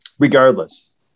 Regardless